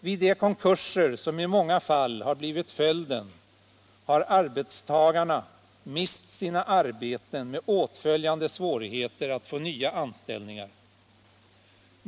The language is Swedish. Vid de konkurser som i många fall har blivit följden har arbetstagarna mist sina arbeten med åtföljande svårigheter att få nya anställningar.